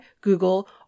Google